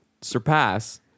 surpass